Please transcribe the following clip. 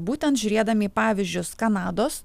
būtent žiūrėdami į pavyzdžius kanados